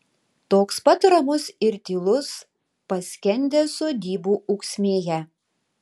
toks pat ramus ir tylus paskendęs sodybų ūksmėje